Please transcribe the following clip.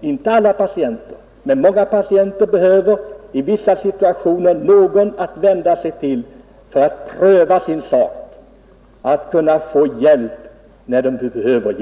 inte alla — i vissa situationer behöver någon att vända sig till för att pröva sin sak och kunna få hjälp när de behöver sådan.